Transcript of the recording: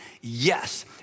yes